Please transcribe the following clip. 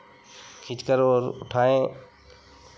खींचकर और उठाएँ